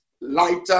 lighter